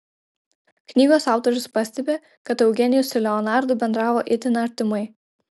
knygos autorius pastebi kad eugenijus su leonardu bendravo itin artimai